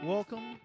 Welcome